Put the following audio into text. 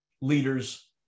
leaders